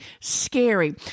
scary